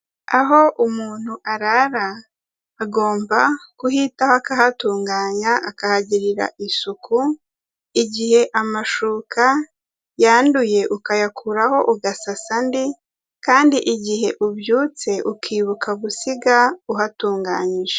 Aho umuntu arara agomba kuhitaho akahatunganya akahagirira isuku, igihe amashuka yanduye ukayakuraho ugasasa andi kandi igihe ubyutse ukibuka gusiga uhatunganyije.